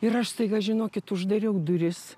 ir aš staiga žinokit uždariau duris